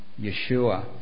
Yeshua